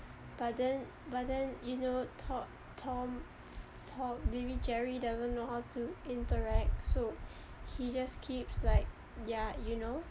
but then but then you know tom tom maybe jerry doesn't know how to interact so he just keeps like ya you know